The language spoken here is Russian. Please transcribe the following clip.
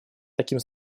таким